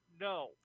no